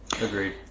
Agreed